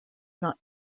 not